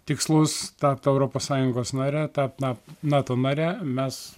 tikslus tapt europos sąjungos nare tapt na nato nare mes